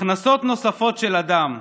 הכנסות נוספות של אדם,